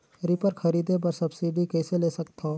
Reaper खरीदे बर subsidy कइसे ले सकथव?